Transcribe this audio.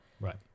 Right